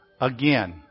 Again